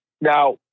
Now